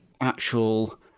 actual